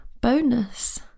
bonus